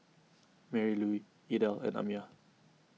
Marylouise Idell and Amiah